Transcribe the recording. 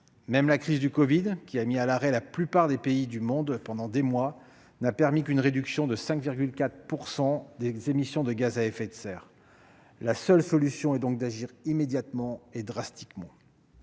Même la crise du covid, qui a mis à l'arrêt la plupart des pays du monde pendant des mois, n'a permis une réduction que de 5,4 % des émissions de gaz à effet de serre. La seule solution est donc d'agir immédiatement et drastiquement.